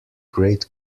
great